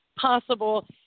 possible